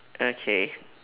okay